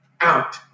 Out